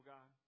God